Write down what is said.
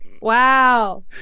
Wow